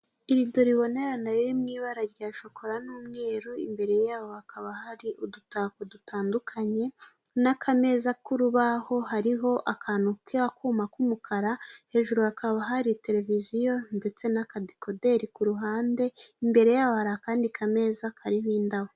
Irido rirebona riri mui ibara rya shokora n'umweru, imbere yaho hakaba hari udutako dutandukanye, n'akameza k'urubaho hariho akantu k'akuma k'umukara, hejuru hakaba hari tereviziyo ndetse n'akadekoderi ku ruhande, imbere ya bo hari akandi kameza kariho indabo.